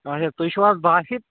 اچھا تُہۍ چھِو حظ باسِت